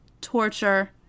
torture